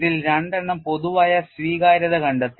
ഇതിൽ രണ്ടെണ്ണം പൊതുവായ സ്വീകാര്യത കണ്ടെത്തി